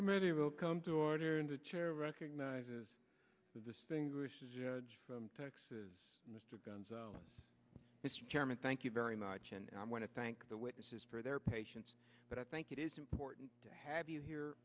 committee will come to order and the chair recognizes the distinguishes judge from texas mr guns mr chairman thank you very much and i want to thank the witnesses for their patience but i think it is important to have you here